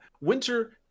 Winter